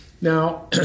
Now